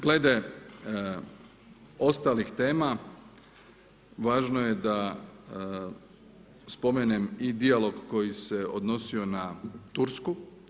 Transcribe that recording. Glede ostalih tema, važno je da spomenem i dijalog koji se odnosio na Tursku.